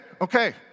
okay